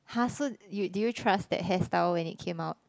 har so did you trust that hairstyle when it came out